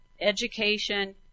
education